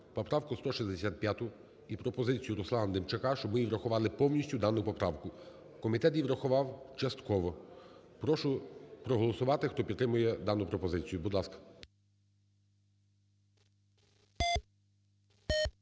поправку 165 і пропозицію Руслана Демчака, щоб ми врахували повністю дану поправку. Комітет її врахував частково, Прошу проголосувати, хто підтримує дану пропозицію. Будь ласка.